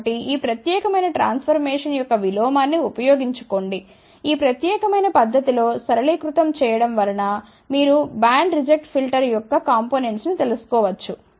కాబట్టి ఈ ప్రత్యేకమైన ట్రాన్ఫర్మేషన్ యొక్క విలోమాన్ని ఉపయోగించుకోండి ఈ ప్రత్యేకమైన పద్ధతి లో సరళీకృతం చేయడం వలన మీరు బ్యాండ్ రిజెక్ట్ ఫిల్టర్ యొక్క కాంపొనెంట్స్ ను తెలుసుకో వచ్చు